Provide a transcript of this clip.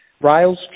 Rails